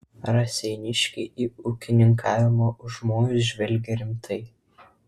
raseiniškiai į ūkininkavimo užmojus žvelgė rimtai